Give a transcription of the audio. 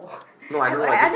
no I don't know why babe